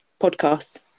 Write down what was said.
podcast